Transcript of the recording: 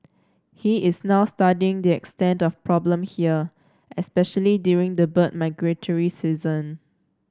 he is now studying the extent of the problem here especially during the bird migratory season